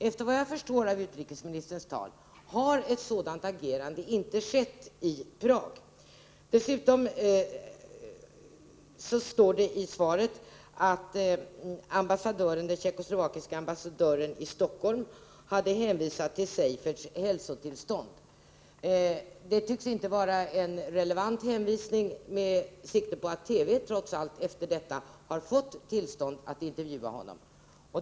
Efter vad jag förstår av utrikesministerns svar har ett sådant agerande inte skett i Prag. Det står i svaret att den tjeckiska ambassadören i Stockholm hade hänvisat till Seiferts hälsotillstånd. Detta tycks inte vara en relevant hänvisning, eftersom TV trots allt därefter har fått tillstånd att intervjua honom.